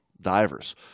divers